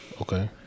okay